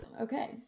Okay